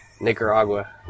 Nicaragua